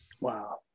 Wow